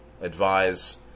advise